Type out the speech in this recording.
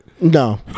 No